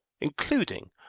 including